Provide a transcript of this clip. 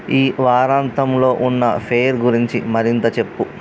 ఈ వారాంతంలో ఉన్న ఫెయిర్ గురించి మరింత చెప్పు